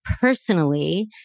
personally